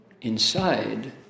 inside